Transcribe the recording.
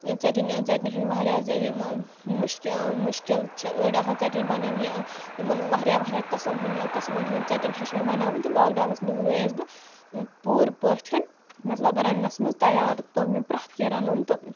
ژیٚٹِنۍ ژیٚٹنہِ ہِنٛدۍ واریاہ زِ یِمہٕ مُشکہِ مُشکل چھِ أڑۍ آسان ژیٚٹِنۍ بَناونہِ یِمَن واریاہ واریاہ قٕسٕم ہٕنٛدۍ قٕسمَن ہٕںٛز ژیٚٹِنۍ ہیٚچھ مےٚ بَناوٕنۍ تہٕ لاکڈاونَس منٛزٕ گٔیَس بہٕ پوٗرٕ پٲٹھۍ مطلب رننَس منٛز تیار توٚگ مےٚ پرٛٮ۪تھ کینٛہہ رَنُن تہٕ